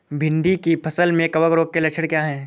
भिंडी की फसल में कवक रोग के लक्षण क्या है?